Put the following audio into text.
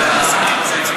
כמו שהממשלה עושה את זה.